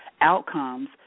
outcomes